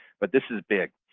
but this is big.